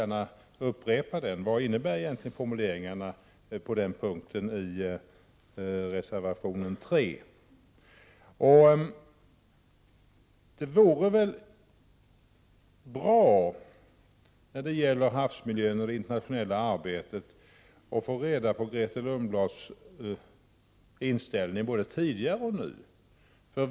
Men jag upprepar min fråga: Vad innebär egentligen formuleringarna i reservation 3 på denna punkt? När det gäller havsmiljön och det internationella arbetet vore det bra att veta något om Grethe Lundblads inställning — både tidigare och nu.